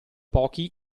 pochi